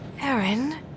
Aaron